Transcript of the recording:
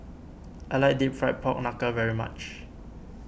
I like Deep Fried Pork Knuckle very much